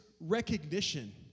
recognition